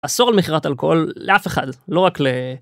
אסרו על מכירת אלכוהול לאף אחד, לא רק ל...